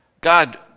God